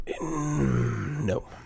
No